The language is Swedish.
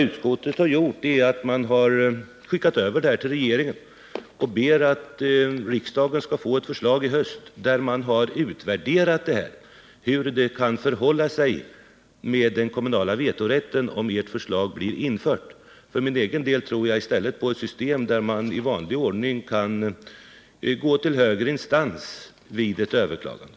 Utskottet vill skicka över detta uppslag till regeringen med anhållan att riksdagen till hösten skall få ett förslag som bygger på en utvärdering av hur det kan förhålla sig med den kommunala vetorätten, om ert förslag skulle bifallas. För egen del tror jag mer på ett system där man i vanlig ordning kan gå till högre instans med ett överklagande.